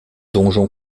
donjon